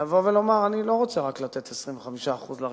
לבוא ולומר: אני לא רוצה לתת רק 25% לרווחה,